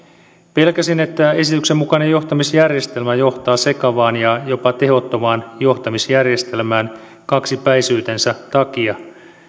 pelkäsin että esityksen mukainen johtamisjärjestelmä johtaa sekavaan ja jopa tehottomaan johtamisjärjestelmään kaksipäisyytensä takia